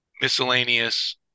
miscellaneous